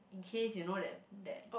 in case you know that that